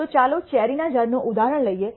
તો ચાલો ચેરીના ઝાડનું આ ઉદાહરણ લઈએ